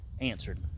answered